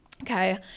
okay